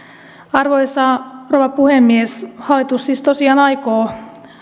arvoisa rouva puhemies hallitus siis tosiaan aikoo